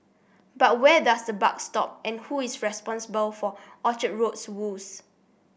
but where does the buck stop and who is responsible for Orchard Road's woes